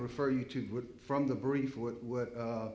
refer you to from the